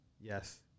Yes